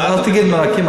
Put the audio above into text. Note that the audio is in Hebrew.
אל תגיד מנכים,